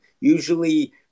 Usually